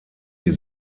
die